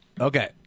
Okay